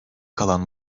kalan